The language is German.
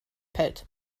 pellt